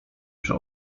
przy